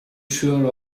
sure